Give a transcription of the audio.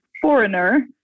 foreigner